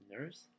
nurse